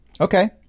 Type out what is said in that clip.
Okay